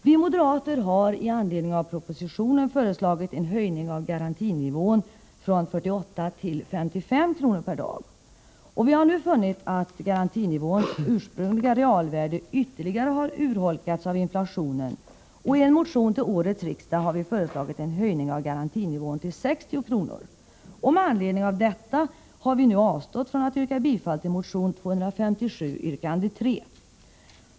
Vi moderater har med anledning av propositionen föreslagit en höjning av garantinivån från 48 till 55 kr. per dag. Vi har nu funnit att garantinivåns ursprungliga realvärde ytterligare har utholkats av inflationen, och i en motion till årets riksmöte har vi föreslagit en höjning av garantinivån till 60 kr. Med anledning härav har vi nu avstått från att yrka bifall till motion 257 yrkande 3.